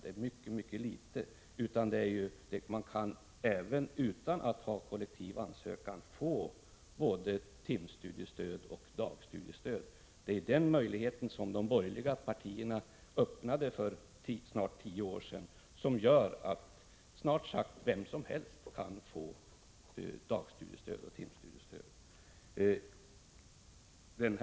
Det är mycket litet det rör sig om, och man kan även utan kollektiv ansökan få både timstudiestöd och dagstudiestöd. Det är den möjligheten — som de borgerliga partierna öppnade för snart tio år sedan — som gör att snart sagt vem som helst kan få dagstudiestöd och timstudiestöd.